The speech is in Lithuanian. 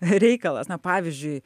reikalas na pavyzdžiui